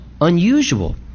unusual